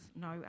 no